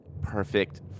perfect